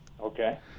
Okay